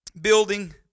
building